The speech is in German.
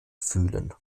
fühlen